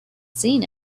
seen